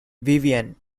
vivian